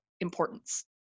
importance